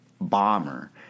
bomber